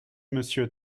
monsieur